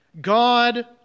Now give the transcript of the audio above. God